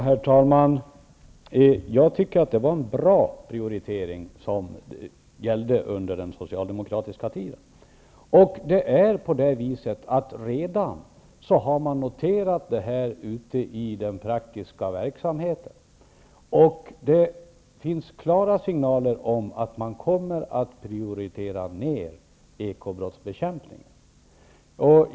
Herr talman! Jag tycker att det var en bra prioritering som gällde under den socialdemokratiska tiden. Man har redan noterat detta ute i den praktiska verksamheten. Det finns klara signaler om att man kommer att prioritera ned ekobrottsbekämpningen.